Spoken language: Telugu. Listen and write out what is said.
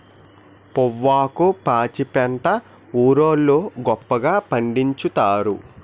పొవ్వాకు పాచిపెంట ఊరోళ్లు గొప్పగా పండిచ్చుతారు